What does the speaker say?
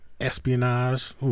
espionage